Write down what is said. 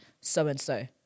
so-and-so